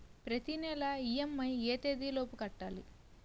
ప్రతినెల ఇ.ఎం.ఐ ఎ తేదీ లోపు కట్టాలి?